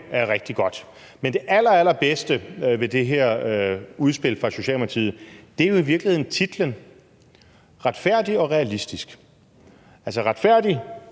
jo rigtig godt. Men det allerallerbedste ved det her udspil fra Socialdemokratiet er i virkeligheden titlen: »Retfærdig og realistisk«. Retfærdig